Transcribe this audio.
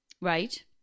Right